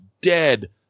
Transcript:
dead